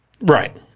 Right